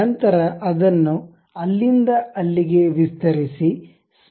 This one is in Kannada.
ನಂತರ ಅದನ್ನು ಅಲ್ಲಿಂದ ಅಲ್ಲಿಗೆ ವಿಸ್ತರಿಸಿ